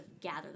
gather